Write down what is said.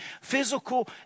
physical